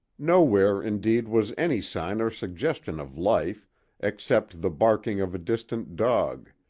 nowhere, indeed, was any sign or suggestion of life except the barking of a distant dog,